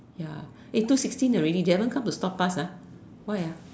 ya eh two sixteen already they haven't come to stop us ah why ah